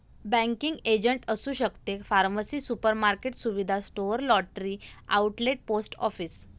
banking agent असू शकते pharmacy supermarket सुविधा store lottery outlet post office